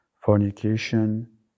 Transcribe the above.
Fornication